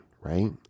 right